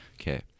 Okay